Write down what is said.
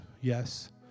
yes